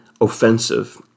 offensive